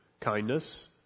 kindness